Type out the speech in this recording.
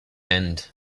end